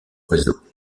réseau